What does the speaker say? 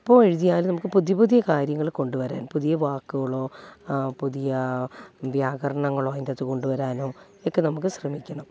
എപ്പോൾ എഴുതിയാലും നമുക്ക് പുതിയ പുതിയ കാര്യങ്ങൾ കൊണ്ടുവരാൻ പുതിയ വാക്കുകളൊ പുതിയാ വ്യാകരണങ്ങളോ അതിൻ്റകത്തു കൊണ്ടുവരാൻ ഒക്കെ നമുക്ക് ശ്രമിക്കണം